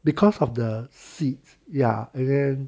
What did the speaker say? because of the seat ya and